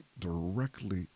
directly